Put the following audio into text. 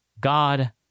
God